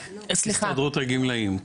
אני נציג הסתדרות הגמלאים.